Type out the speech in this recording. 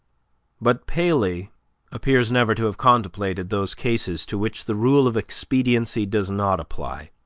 but paley appears never to have contemplated those cases to which the rule of expediency does not apply,